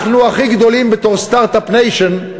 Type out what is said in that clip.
אנחנו הכי גדולים בתור Start-up Nation,